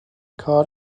کار